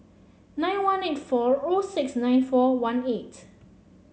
nine one eight four O six nine four one eight